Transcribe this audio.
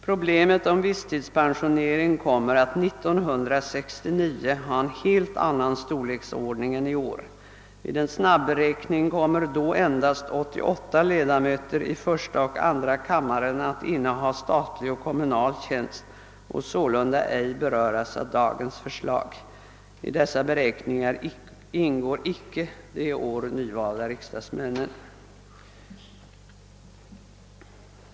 Problemet om visstidspensionering kommer 1969 att ha en helt annan storleksordning än i år. Vid en snabbe räkning visar det sig att då endast 88 ledamöter i första och andra kammaren kommer att inneha statlig eller kommunal tjänst och sålunda ej beröras av dagens förslag. I dessa beräkningar ingår icke de i år nyvalda riksdagsmännen.